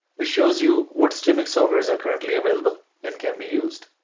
which shows you what streaming servers are currently available and can be used.